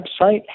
website